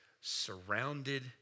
surrounded